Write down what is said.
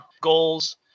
goals